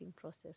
process